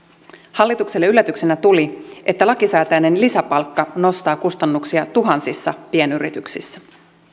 hallitukselle yllätyksenä tuli että lakisääteinen lisäpalkka nostaa kustannuksia tuhansissa pienyrityksissä